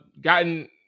gotten